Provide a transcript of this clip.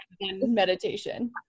meditation